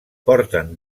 porten